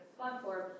platform